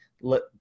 let